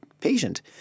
patient